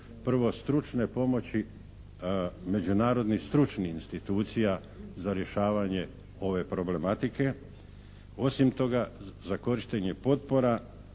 prvo stručne pomoći međunarodnih stručnih institucija za rješavanje ove problematike, osim toga za korištenje potpora,